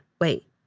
wait